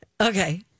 okay